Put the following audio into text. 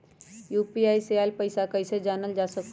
UPI से आईल पैसा कईसे जानल जा सकहु?